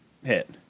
hit